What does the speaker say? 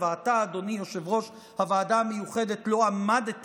אתה, אדוני יושב-ראש הוועדה המיוחדת, לא עמדת